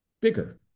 bigger